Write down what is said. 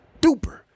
Duper